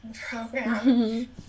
program